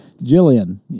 Jillian